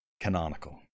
canonical